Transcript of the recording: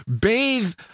bathe